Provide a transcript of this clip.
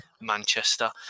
manchester